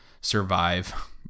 survive